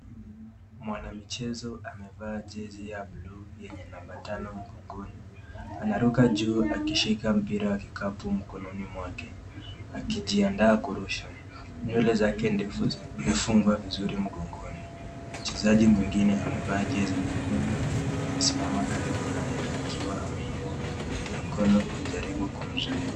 Mwanamchezo amevaa jezi ya buluu yenye namba tano mgongoni. Anaruka juu akishika mpira ya kikapiu mkononi mwake akijiandaa kurusha. Nywele zake ndefu zimefungwa vizuri mgongoni. Mchezaji mwengine amevaa jezi nyekundu amesimama karibu naye akiwa ameinua mikono kujaribu kumzuia.